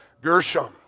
Gershom